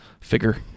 figure